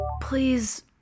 Please